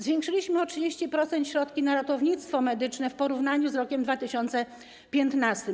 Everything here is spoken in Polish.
Zwiększyliśmy o 30% środki na ratownictwo medyczne w porównaniu z rokiem 2015.